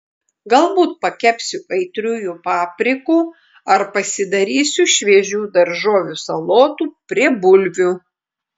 galbūt pakepsiu aitriųjų paprikų ar pasidarysiu šviežių daržovių salotų prie bulvių